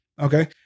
Okay